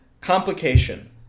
Complication